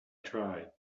tried